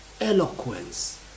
Eloquence